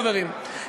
חברים,